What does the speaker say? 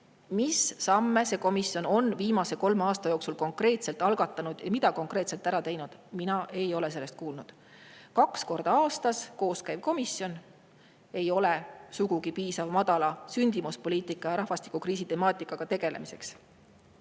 Mis samme on see komisjon viimase kolme aasta jooksul algatanud ja mida konkreetselt ära teinud? Mina ei ole sellest kuulnud. Kaks korda aastas koos käiv komisjon ei ole madala sündimuse ja rahvastikukriisi temaatikaga tegelemiseks